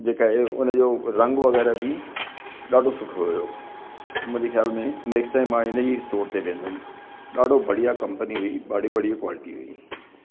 जेका आहे उनजो रंग वग़ैराह बि ॾाढो सुठो हुयो मुंहिंजे ख़्याल में नैक्सट टाइम मां हिन ई स्टोर ते वेंदुमि ॾाढो बढ़िय कंपनी हुई ॾाढी बढ़िया क्वालिटी हुई